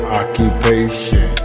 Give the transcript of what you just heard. occupation